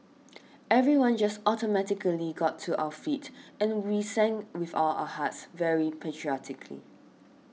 everyone just automatically got to our feet and we sang with all our hearts very patriotically